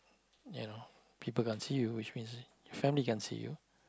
you know people can't see you which means your family can't see you